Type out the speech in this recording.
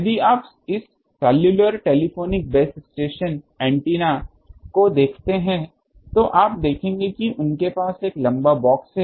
यदि आप इस cellular telephonic base station antenna को देखते हैं तो आप देखेंगे कि उनके पास एक लंबा बॉक्स है